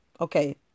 Okay